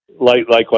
Likewise